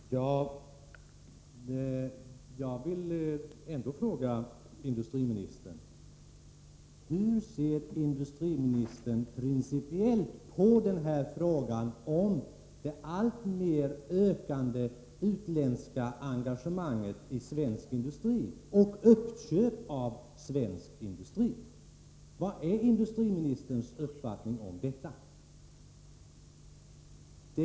Herr talman! Jag vill ändå fråga industriministern: Hur ser industriministern principiellt på frågan om det alltmer ökande utländska engagemanget i svensk industri och köp av svensk industri? Vilken är industriministerns uppfattning i denna fråga?